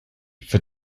for